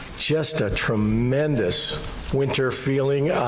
just a tremendous winter feeling.